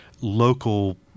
local